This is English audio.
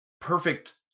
perfect